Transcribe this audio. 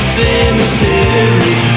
cemetery